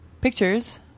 Pictures